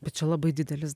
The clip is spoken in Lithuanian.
bet čia labai didelis